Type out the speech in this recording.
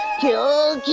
kill